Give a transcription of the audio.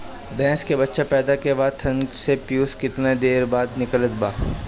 भैंस के बच्चा पैदा के बाद थन से पियूष कितना देर बाद निकले के बा?